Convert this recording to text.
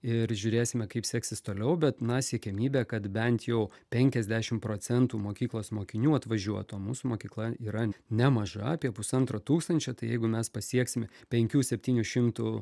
ir žiūrėsime kaip seksis toliau bet na siekiamybė kad bent jau penkiasdešim procentų mokyklos mokinių atvažiuotų o mūsų mokykla yra nemaža apie pusantro tūkstančio tai jeigu mes pasieksime penkių septynių šimtų